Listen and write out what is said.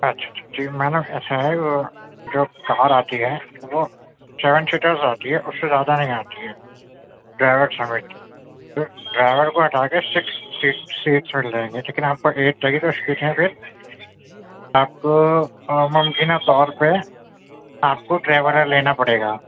اچھا اچھا جی میڈم ایسا ہے وہ جو کار آتی ہے وہ سیون سیٹر آتی ہے اس سے زیادہ نہیں آتی ہے ڈرائیور سمیت ڈرائیور کو ہٹا کے سکس سیٹ سیٹ چل جائیں گے لیکن آپ کو ایک چاہیے تو سیٹ ہیں پھر آپ کو ممکنہ طور پہ آپ کو ٹویرا لینا پڑے گا